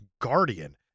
guardian